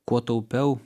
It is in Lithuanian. kuo taupiau